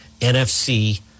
NFC